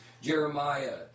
Jeremiah